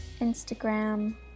Instagram